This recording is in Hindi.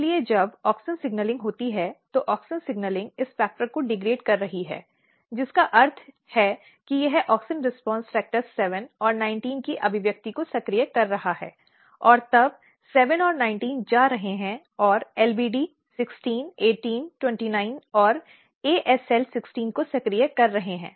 इसलिए जब ऑक्सिन सिग्नलिंग होती है तो ऑक्सिन सिग्नलिंग इस फ़ैक्टर को डिग्रेड कर रही है जिसका अर्थ है कि यह AUXIN RESPONSE FACTOR 7 और 19 की अभिव्यक्ति को सक्रिय कर रहा है और तब 7 और 19 जा रहे हैं और LBD 16 18 29 और ASL16 को सक्रिय कर रहे हैं